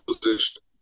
position